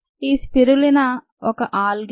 ఈ స్పిరులినా ఒక ఆల్గే